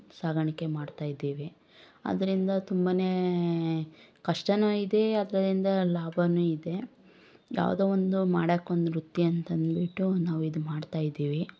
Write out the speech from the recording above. ಸಾಗಾಣಿಕೆ ಮಾಡ್ತಾ ಇದ್ದೀವಿ ಆದ್ರಿಂದ ತುಂಬಾನೇ ಕಷ್ಟವೂ ಇದೆ ಅದರಿಂದ ಲಾಭವೂ ಇದೆ ಯಾವುದೊ ಒಂದು ಮಾಡೋಕ್ಕೆ ಒಂದು ವೃತ್ತಿ ಅಂತ ಅಂದ್ಬಿಟ್ಟು ನಾವು ಇದು ಮಾಡ್ತಾ ಇದ್ದೀವಿ